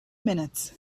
minutes